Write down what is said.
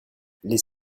les